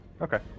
Okay